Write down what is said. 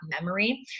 memory